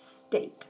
state